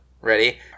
Ready